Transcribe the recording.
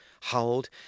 howled